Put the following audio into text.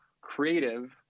creative